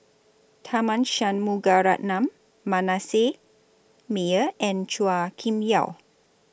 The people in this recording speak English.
Tharman Shanmugaratnam Manasseh Meyer and Chua Kim Yeow